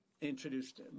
introduced